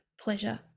pleasure